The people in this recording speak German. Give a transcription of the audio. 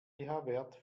wert